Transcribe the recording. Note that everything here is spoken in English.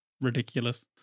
ridiculous